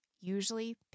usually